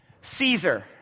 Caesar